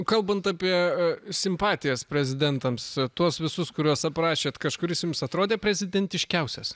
kalbant apie simpatijas prezidentams tuos visus kuriuos aprašėt kažkuris jums atrodė prezidentiškiausias